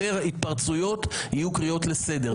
התפרצויות ייקראו לסדר.